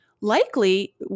likely